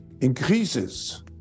increases